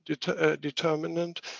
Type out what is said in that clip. determinant